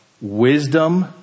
wisdom